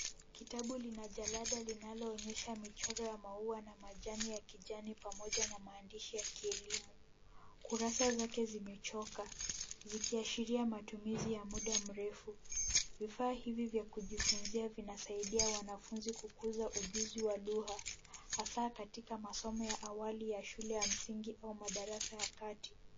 Kitabu lina jalada linaloonyesha michoro ya maua na majani ya kijani pamoja na maandishi ya kielimu, kurasa zake zimechoka zikiashiria matumizi ya muda mrefu, vifaa hivi vya kujifunzia vinasaidia wanafunzi kukuza ujuzi wa lugha asa katika masomo ya awali ya shule ya msingi au madarasa ya kati.